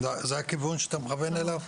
זה הכיוון שאתה מכוון אליו?